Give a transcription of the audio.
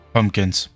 Pumpkins